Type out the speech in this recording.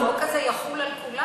החוק הזה יחול על כולם.